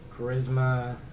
charisma